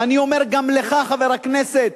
ואני אומר גם לך, חבר הכנסת,